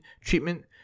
treatment